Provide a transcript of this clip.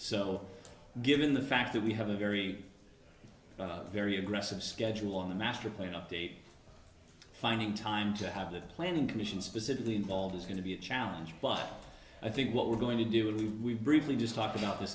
so given the fact that we have a very very aggressive schedule on the master plan update finding time to have the planning commission specifically involved is going to be a challenge but i think what we're going to do really we've briefly just talked about this